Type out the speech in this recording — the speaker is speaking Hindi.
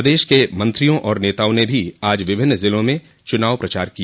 प्रदेश के मंत्रियों और नेताओं ने भी आज विभिन्न जिलों में चुनाव प्रचार किया